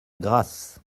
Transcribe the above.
grasse